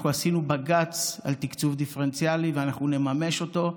אנחנו עשינו בג"ץ על תקצוב דיפרנציאלי ואנחנו נממש אותו.